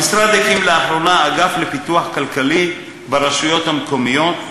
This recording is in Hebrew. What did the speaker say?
המשרד הקים לאחרונה אגף לפיתוח כלכלי ברשויות המקומיות,